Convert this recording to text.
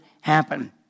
happen